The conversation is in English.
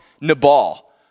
Nabal